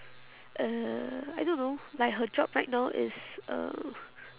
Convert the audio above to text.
uh I don't know like her job right now is uh